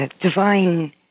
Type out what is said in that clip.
divine